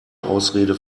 ausrede